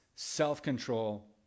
self-control